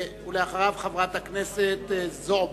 ואחריו, חברת הכנסת זועבי.